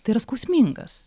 tai yra skausmingas